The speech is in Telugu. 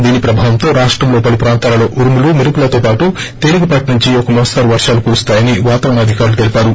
దీని ప్రభావంతో రాష్టంలో పలు ప్రాంతాలలో ఉరుములు మెరుపులతోపాటు తేలికపాటి నుంచి ఒక మోస్తరు వర్షాలు కురుస్తాయని వాతావరణ అధికారులు తెలిపారు